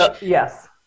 Yes